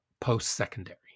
post-secondary